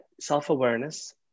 self-awareness